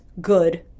good